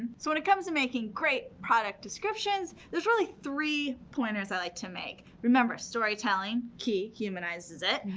so when it comes to making great product descriptions, there's really three pointers i like to make. remember, storytelling, key, humanizes it,